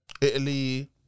Italy